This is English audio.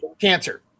cancer